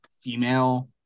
female